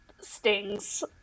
stings